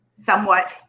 somewhat